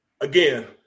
again